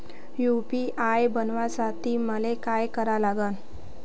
UPI बनवासाठी मले काय करा लागन?